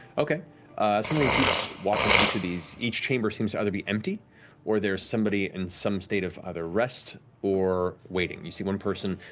as frumpkin keeps watch on each of these, each chamber seems to either be empty or there's somebody in some state of either rest, or waiting. you see one person,